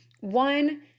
one